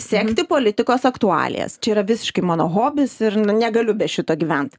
sekti politikos aktualijas čia yra visiškai mano hobis ir ne negaliu be šito gyvent